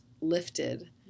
lifted